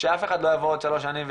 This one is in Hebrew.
שאף אחד לא יבוא עוד שלוש שנים,